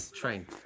train